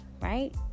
right